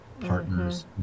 partners